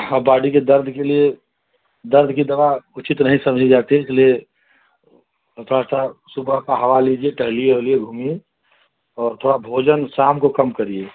हाँ बॉडी के दर्द के लिए दर्द की दवा उचित नहीं समझी जाती है इसलिए अतः अतः सुबह की हवा लीजिए ठहलिए उहलिए घूमिए और थोड़ा भोजन शाम को कम करिए